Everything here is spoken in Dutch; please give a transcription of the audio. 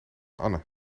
anne